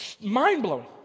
mind-blowing